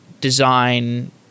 design